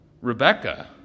Rebecca